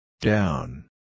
Down